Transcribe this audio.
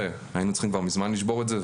היינו צריכים כבר מזמן לשבור את זה.